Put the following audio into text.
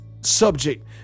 subject